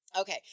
Okay